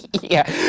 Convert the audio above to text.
yeah.